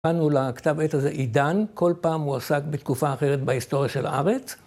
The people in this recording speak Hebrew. קרנו לכתב עת הזה "עידן", כל פעם הוא עוסק בתקופה אחרת בהיסטוריה של הארץ.